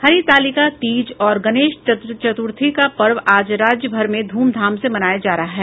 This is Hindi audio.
हरितालिका तीज और गणेश चतुर्थी का पर्व आज राज्यभर में धूमधाम से मनाया जा रहा है